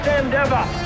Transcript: endeavor